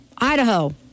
Idaho